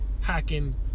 hacking